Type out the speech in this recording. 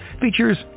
features